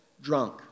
drunk